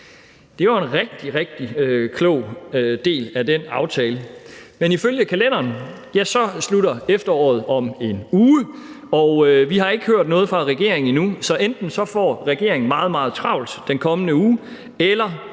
Det var en rigtig, rigtig klog del af den aftale, men ifølge kalenderen slutter efteråret om 1 uge, og vi har ikke hørt noget fra regeringen endnu. Så enten får regeringen meget, meget travlt den kommende uge, eller